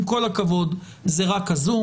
ה-זום, עם כל הכבוד, זה רק ה-זום.